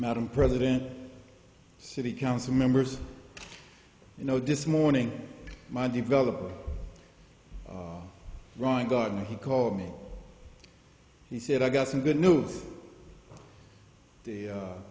madam president city council members you know disk morning my developer rowing got me he called me he said i got some good news the